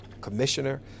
commissioner